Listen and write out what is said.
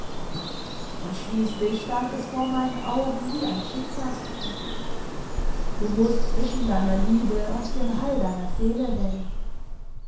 und schließlich stand es vor meinen augen wie ein schicksalsspruch du mußt zwischen deiner liebe und dem heil deiner seele wählen